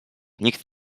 nikt